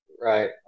Right